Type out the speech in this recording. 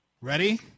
Ready